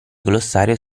glossario